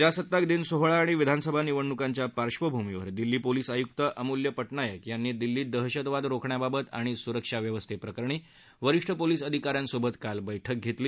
प्रजासत्ताक दिन सोहळा आणि विधानसभा निवडणूकांच्या पार्श्वभूमीवर दिल्ली पोलिस आयुक्त अमूल्य पटनायक यांनी दिल्लीत दहशतवाद रोखण्याबाबत आणि सुरक्षा व्यवस्थेप्रकरणी वरीष्ठ पोलिस अधिकाऱ्यांसोबत काल बक्कि घेतली